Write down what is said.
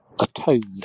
atoned